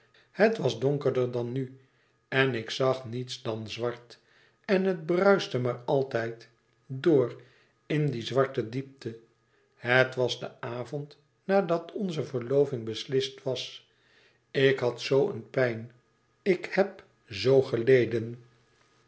het was donkerder dan nu en ik zag niets dan zwart en het bruiste maar altijd door in die zwarte diepte het was de avond nadat onze verloving beslist was ik had zoo een pijn ik heb zoo geleden